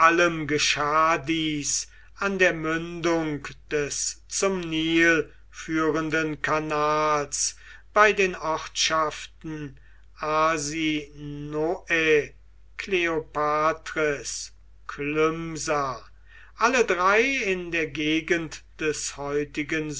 geschah dies an der mündung des zum nil führenden kanals bei den ortschaften arsinoe kleopatris klysma alle drei in der gegend des heutigen